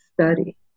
study